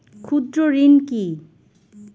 ক্ষুদ্র ঋণ কি?